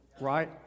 right